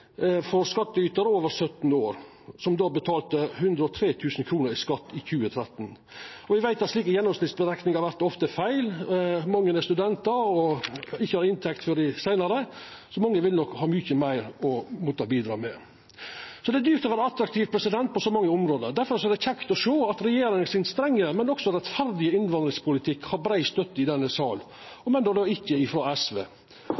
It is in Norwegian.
over 17 år i gjennomsnitt betalte 103 000 kr i skatt i 2013. Me veit at slike gjennomsnittsberekningar ofte vert feil. Mange er studentar og har ikkje inntekt før seinare, så mange vil nok måtta bidra med mykje meir. Så det er dyrt å vera attraktiv – på så mange område. Difor er det kjekt å sjå at regjeringa sin strenge, men også rettferdige innvandringspolitikk har brei støtte i denne sal, om enn ikkje frå SV.